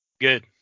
good